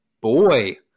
boy